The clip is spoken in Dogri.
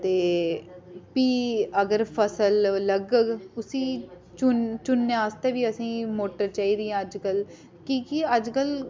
ते फ्ही अगर फसल लग्गग उसी चुन चुनने आस्तै बी असेंगी मोटर चाहिदी अज्जकल की के अज्जकल